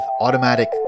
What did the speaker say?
automatic